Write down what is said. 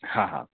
हाँ हाँ